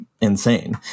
insane